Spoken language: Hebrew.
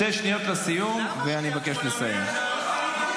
אותם אלה